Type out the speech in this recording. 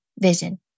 vision